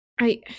I-